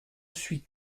suis